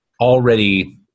already